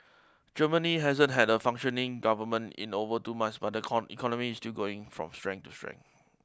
Germany hasn't had a functioning government in over two months but the con economy is still going from strength to strength